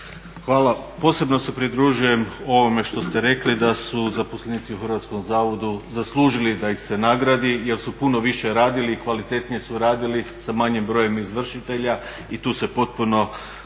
Hvala. Posebno se pridružujem ovome što ste rekli da su zaposlenici u Hrvatskom zavodu zaslužili da ih se nagradi jer su puno više radili i kvalitetnije su radili sa manjim brojem izvršitelja i tu se potpuno